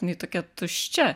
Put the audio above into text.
jinai tokia tuščia